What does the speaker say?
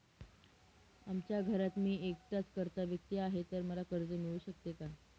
आमच्या घरात मी एकटाच कर्ता व्यक्ती आहे, तर मला कर्ज मिळू शकते का?